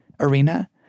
arena